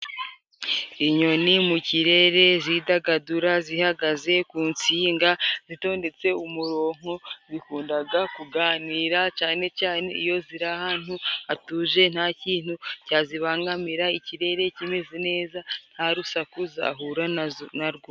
Inyoni mu kirere zidagadura zihagaze ku nsinga zito ndetse umuronko, zikundaga kuganira cyane cyane iyo ziri ahantu hatuje nta kintu cyazibangamira ikirere kimeze neza, nta rusaku zahura narwo.